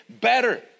better